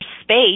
space